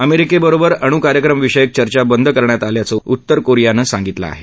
अमेरिकेबरोबर अणु कार्यक्रम विषयक चर्चा बंद करण्यात आल्याचं उत्तर कोरियानं सांगितलं आहे